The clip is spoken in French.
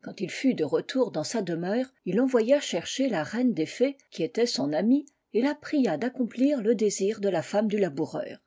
quand il fut de retour dans sa demeure il envoya chercher la reine des fées qui était son amie et la pria d'accomplir le désir de la femme du laboureur